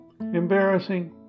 Embarrassing